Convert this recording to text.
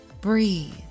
breathe